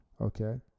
Okay